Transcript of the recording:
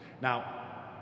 Now